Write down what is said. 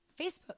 Facebook